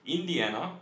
Indiana